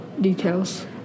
details